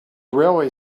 railway